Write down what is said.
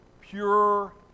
Pure